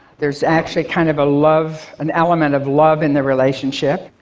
there's actually kind of a love, an element of love in the relationship.